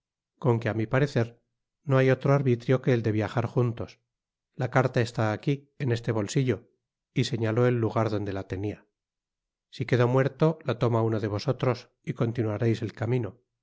con que á mi parecer no hay otro arbitrio que el de viajar juntos la carta está aquí en este bolsillo y señaló el lugar donde la tenia si quedo muerto la toma uno de vosotros y continuareis el camino